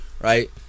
right